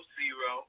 zero